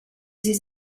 sie